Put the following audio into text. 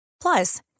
Plus